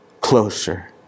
closer